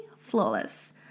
flawless